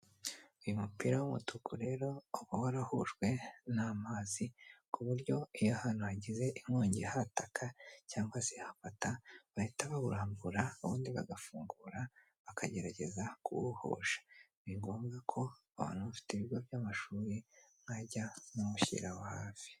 Uyu mupira w'umutuku rero uba warahujwe n'amazi ku buryo iyo ahantu hagize inkongi ihataka cyangwa se ihafata bahita bawurambura ubundi bagafungura bakagerageza kuwuhosha. Ni ngombwa ko abantu bafite ibigo by'amashuri mwajya muwushyira aho hafi.